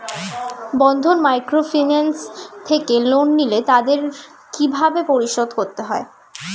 বন্ধন microfinance থেকে loan নিলে তাদের কিভাবে পরিশোধ করতে হয়?